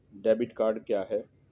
Debit card क्या है?